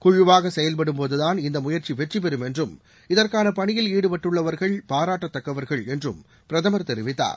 குழுவாக செயல்படும்போதுதான் இந்த முயற்சி வெற்றிபெறும் என்றும் இதற்கான பணியில் ஈடுபட்டுள்ளவர்கள் பாராட்டத்தக்கவர்கள் என்றும் பிரதமர் தெரிவித்தார்